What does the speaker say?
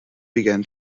began